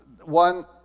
one